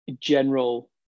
general